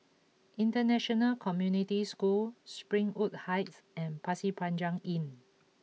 International Community School Springwood Heights and Pasir Panjang Inn